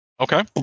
Okay